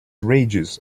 rages